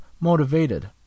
motivated